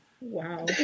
Wow